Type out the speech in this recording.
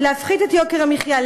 להפחית את יוקר המחיה,